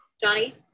Johnny